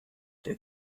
der